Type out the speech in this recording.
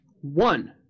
one